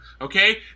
okay